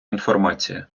інформація